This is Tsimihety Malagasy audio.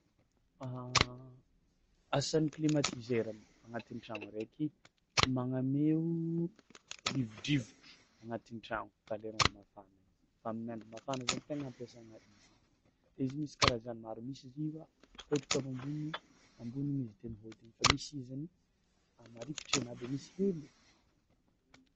Asan'ny climatiseur am- agnatin'ny tragno araiky magnameo rivodrivotro agnatin'ny tragno fa leran'ny mafana igny fa amin'ny andro mafana zany tegna ampiasana izy de izy misy karazany maro misy izy va- apetraka avy ambony ambony igny izy mihôdiny fa misy izy zany a marikitry anà de misy hely.